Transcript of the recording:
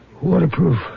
waterproof